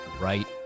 right